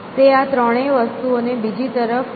તે આ ત્રણેય વસ્તુઓને બીજી તરફ કઈ રીતે લઇ જશે